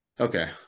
Okay